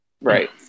right